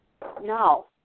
No